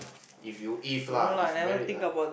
if you if lah if you married lah